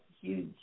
huge